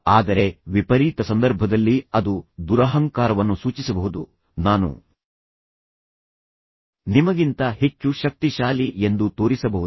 ಆದರೆ ವಿಪರೀತ ಸಂದರ್ಭದಲ್ಲಿ ಅದು ದುರಹಂಕಾರವನ್ನು ಸೂಚಿಸಬಹುದು ನಾನು ನಿಮಗಿಂತ ಹೆಚ್ಚು ಶಕ್ತಿಶಾಲಿ ಎಂದು ತೋರಿಸಬಹುದು